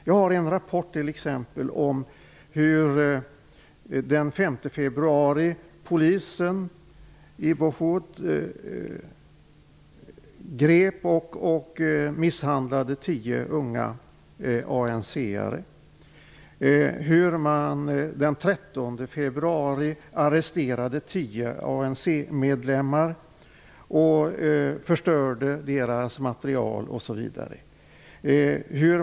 Jag har en rapport som handlar om hur polisen i Bophuthatswana den 5 februari grep och misshandlade tio unga ANC:are. Den 13 februari arresterade man 10 ANC-medlemmar och förstörde deras material.